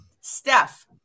Steph